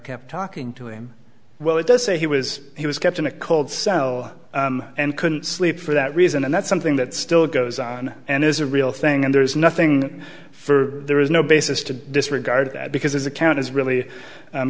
kept talking to him well it does say he was he was kept in a cold cell and couldn't sleep for that reason and that's something that still goes on and there's a real thing and there is nothing for there is no basis to disregard that because his account is really